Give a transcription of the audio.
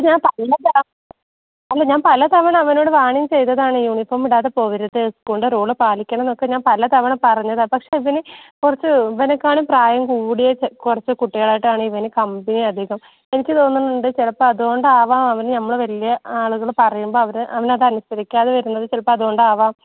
ഞാൻ പറഞ്ഞതാണ് അല്ല ഞാൻ പല തവണ അവനോട് വാണിങ്ങ് ചെയ്തതാണ് യൂണിഫോമിടാതെ പോവരുത് സ്കൂൾൻ്റെ റൂള് പാലിക്കണോന്നൊക്കെ ഞാൻ പല തവണ പറഞ്ഞതാണ് പക്ഷേ അതിന് കുറച്ച് ഇവനെക്കാളും പ്രായം കൂടിയ കുറച്ച് കുട്ടികളായിട്ടാണ് ഇവന് കമ്പനി അധികം എനിക്ക് തോന്നണുണ്ട് ചിലപ്പോൾ അതുകൊണ്ടാവാം അവന് നമ്മൾ വലിയ ആളുകൾ പറയുമ്പോൾ അവർ അവനത് അനുസരിക്കാതെ വരുന്നത് ചിലപ്പം അതുകൊണ്ടാവാം